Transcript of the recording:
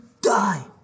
die